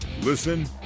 Listen